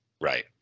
right